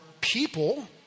people